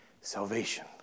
salvation